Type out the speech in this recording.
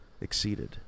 exceeded